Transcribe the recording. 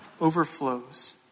overflows